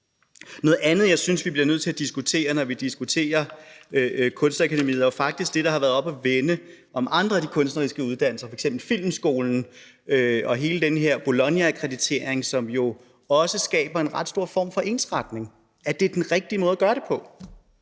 Noget andet, jeg synes, vi bliver nødt til at diskutere, når vi diskuterer Kunstakademiet, er jo faktisk det, der har været oppe at vende om andre af de kunstneriske uddannelser, f.eks. Filmskolen og hele den her Bolognaakkreditering, som også skaber en ret stor form for ensretning. Er det den rigtige måde at gøre det på?